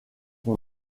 son